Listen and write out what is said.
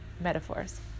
metaphors